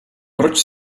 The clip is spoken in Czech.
proč